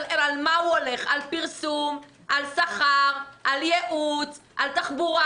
על פרסום, על שכר, על ייעוץ, על תחבורה